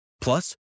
Plus